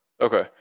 Okay